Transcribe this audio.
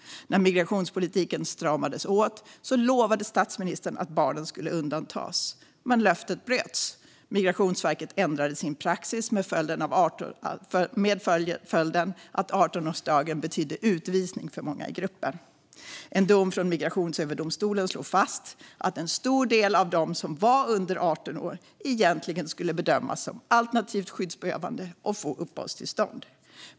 När migrationspolitiken stramades åt lovade statsministern att barnen skulle undantas, men löftet bröts. Migrationsverket ändrade sin praxis med följden att 18-årsdagen betydde utvisning för många i gruppen. En dom från Migrationsöverdomstolen slog fast att en stor del av dem som var under 18 år egentligen skulle bedömas som alternativt skyddsbehövande och få uppehållstillstånd.